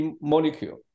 molecule